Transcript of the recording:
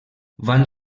van